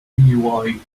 gui